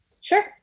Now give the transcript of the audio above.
Sure